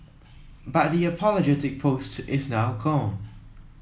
but the apologetic post is now gone